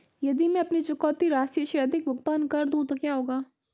यदि मैं अपनी चुकौती राशि से अधिक भुगतान कर दूं तो क्या होगा?